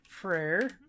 prayer